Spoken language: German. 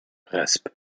resp